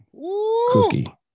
cookie